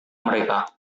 mereka